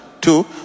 Two